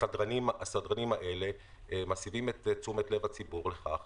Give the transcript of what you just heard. וכמובן שהסדרנים האלה מסבים את תשומת לב הציבור לכך